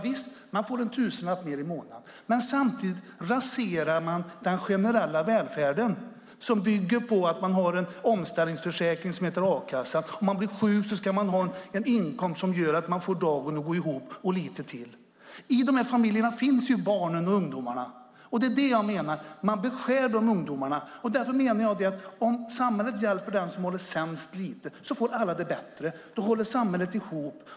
Visst, många får en tusenlapp mer i månaden, men samtidigt raseras den generella välfärden som bygger på att det finns en omställningsförsäkring som heter a-kassan och att man ska ha en inkomst som gör att man får dagen att gå ihop och lite till om man blir sjuk. I de här familjerna finns barn och ungdomar. Det är det jag menar: Man bestjäl dessa ungdomar, och därför menar jag att om samhället hjälper den som har det sämst lite så får alla det bättre. Då håller samhället ihop.